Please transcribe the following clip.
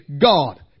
God